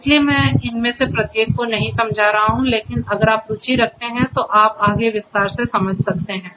इसलिए मैं इनमें से प्रत्येक को नहीं समझा रहा हूं लेकिन अगर आप रुचि रखते हैं तो आप आगे विस्तार से समझ सकते हैं